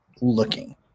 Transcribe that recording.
looking